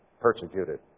persecuted